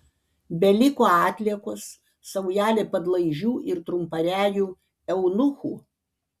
beliko atliekos saujelė padlaižių ir trumparegių eunuchų